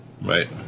Right